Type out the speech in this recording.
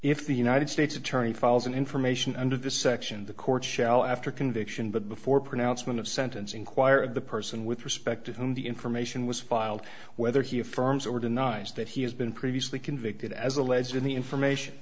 if the united states attorney files and information under the section the court shell after conviction but before pronouncement of sentence inquire of the person with respect to whom the information was filed whether he affirms or denies that he has been previously convicted as alleged in the information